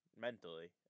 mentally